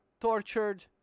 tortured